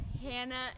Hannah